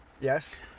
Yes